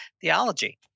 theology